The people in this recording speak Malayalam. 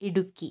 ഇടുക്കി